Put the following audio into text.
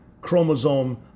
chromosome